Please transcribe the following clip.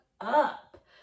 up